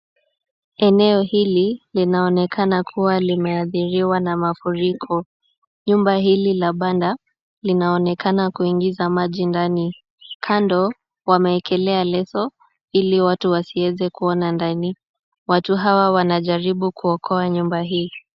Eneo hili linaonekana kuwa limeathiriwa na mafuriko. Nyumba hili la banda, linaonekana kuingiza maji ndani. Kando wameekelea leso ili watu wasiweze kuona ndani. Watu hawa wanajaribu kuokoa nyumba hii.